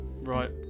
Right